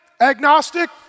Agnostic